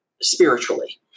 spiritually